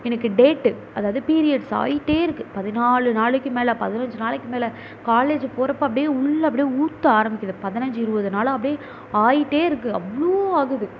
எனக்கு டேட்டு அதாவது பீரியட்ஸ் ஆகிட்டே இருக்குது பதினாலு நாளைக்கு மேலே பதினைஞ்சி நாளைக்கு மேலே காலேஜு போகிறப்ப அப்படியே உள்ளே அப்படியே ஊற்ற ஆரம்பிக்குது பதினைஞ்சி இருபது நாளாக அப்படியே ஆகிட்டே இருக்குது அவ்வளோ ஆகுது